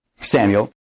Samuel